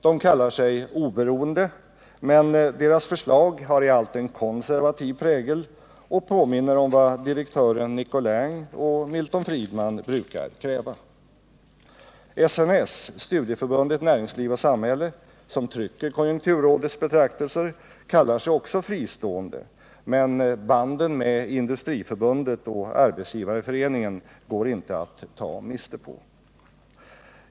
De kallar sig ”oberoende” , men deras förslag har i allt en konservativ prägel och påminner om vad direktören Nicolin och Milton Friedman brukar kräva. SNS, Studieförbundet näringsliv och samhälle, som trycker konjunkturrådets betraktelser, kallar sig också ”fristående”, men banden med Industriförbundet och Arbetsgivareföreningen går inte att ta miste på.